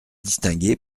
distingué